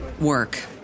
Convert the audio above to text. work